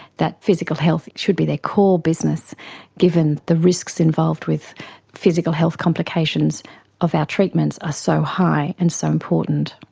that physical health should be their core business given the risks involved with physical health complications of our treatments are so high and so important.